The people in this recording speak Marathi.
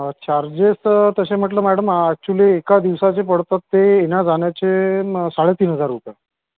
चार्जेस तसे म्हटले मॅडम ॲक्चुली एका दिवसाचे पडतात ते येण्याजाण्याचे साडेतीन हजार रुपये ओके